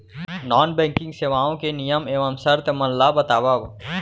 non banking सेवाओं के नियम एवं शर्त मन ला बतावव